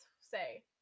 say